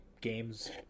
games